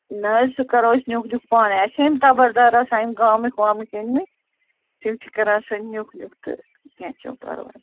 نہ حظ سُہ کَرو أسۍ نیُک نیُک پانے اَسہِ چھِ یِم تبَردار آسان یِم گامٕکۍ وامٕکۍ أنۍ مٕتۍ تِم چھِ کَران سُہ نیُک نیُک تہٕ کیٚنٛہہ چھُنہٕ پَرواے